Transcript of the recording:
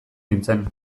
nintzen